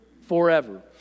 forever